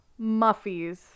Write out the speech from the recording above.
Muffies